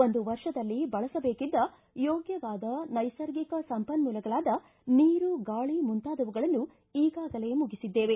ಒಂದು ವರ್ಷದಲ್ಲಿ ಬಳಸ ಬೇಕಿದ್ದ ಯೋಗ್ಭವಾದ ನೈಸರ್ಗಿಕ ಸಂಪನ್ನೂಲಗಳಾದ ನೀರು ಗಾಳಿ ಮುಂತಾದವುಗಳನ್ನು ಈಗಾಗಲೇ ಮುಗಿಸಿದ್ದೇವೆ